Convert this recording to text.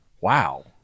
Wow